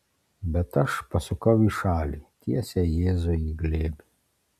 bet aš pasukau į šalį tiesiai jėzui į glėbį